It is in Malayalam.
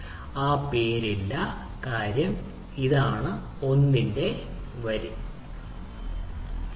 കാര്യങ്ങളിൽ നമ്മൾക്ക് ആ പേര് ഇല്ല കാരണം ഈ പ്രത്യേക ചോദ്യത്തിന് കാര്യത്തിന്റെ പേര് ആവശ്യമില്ല 1 ന്റെ വരി